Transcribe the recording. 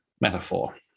metaphor